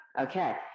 Okay